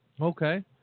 okay